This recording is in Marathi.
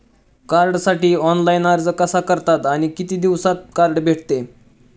कार्डसाठी ऑनलाइन अर्ज कसा करतात आणि किती दिवसांत कार्ड भेटते?